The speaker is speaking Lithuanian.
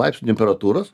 laipsnių temperatūros